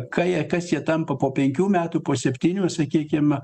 ką jie kas jie tampa po penkių metų po septynių sakykim